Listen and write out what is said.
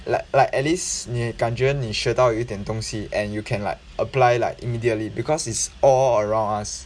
like like at least 你感觉你学到有一点东西 and you can like apply like immediately because it's all around us